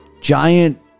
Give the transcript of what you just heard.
giant